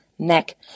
neck